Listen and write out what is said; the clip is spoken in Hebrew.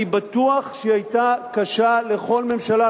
אני בטוח שהיא היתה קשה לכל ממשלה,